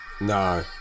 No